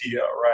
right